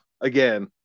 again